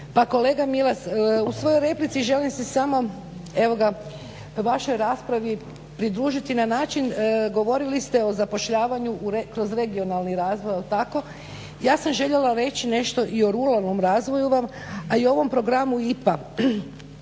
kolega Milas u svojoj replici želim se samo vašoj raspravi pridružiti na način govorili ste u zapošljavanju kroz regionalni razvoj. Ja sam željela reći nešto i o ruralnom razvoju, a i o ovom programu IPA.